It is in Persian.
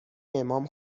امام